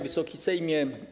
Wysoki Sejmie!